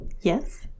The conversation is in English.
Yes